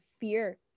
fear